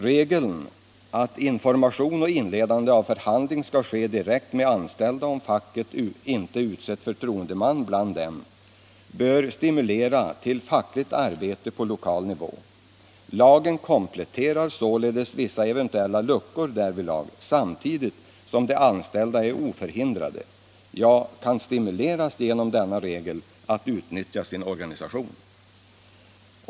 Regeln att information och inledande av förhandling skall ske direkt med de anställda om facket inte utseu förtroendeman bland dem bör stimulera till fackligt arbete på lokal nivå. Lagen kompletterar således eventuella luckor därvidlag samtidigt som de anställda är oförhindrade, ja, kan stimuleras genom denna regel, att utnyttja sin organisation.